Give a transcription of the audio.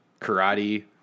karate